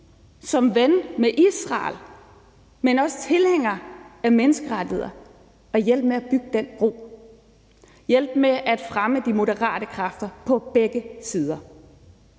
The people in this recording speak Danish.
som ven med Israel, men også tilhængere af menneskerettigheder, at hjælpe med at bygge den bro, hjælpe med at fremme de moderate kræfter på begge sider.